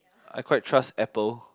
I quite trust apple